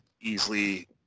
easily